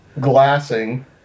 glassing